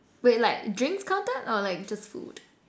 wait like drinks counted or like just food